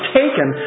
taken